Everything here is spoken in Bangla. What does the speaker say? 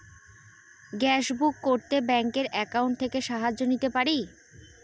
গ্যাসবুক করতে ব্যাংকের অ্যাকাউন্ট থেকে সাহায্য নিতে পারি?